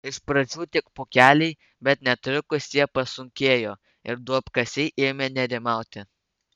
iš pradžių tik pūkeliai bet netrukus jie pasunkėjo ir duobkasiai ėmė nerimauti